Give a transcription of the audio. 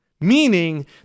meaning